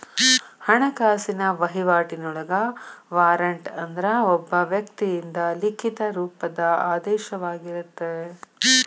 ಹಣಕಾಸಿನ ವಹಿವಾಟಿನೊಳಗ ವಾರಂಟ್ ಅಂದ್ರ ಒಬ್ಬ ವ್ಯಕ್ತಿಯಿಂದ ಲಿಖಿತ ರೂಪದ ಆದೇಶವಾಗಿರತ್ತ